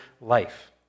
life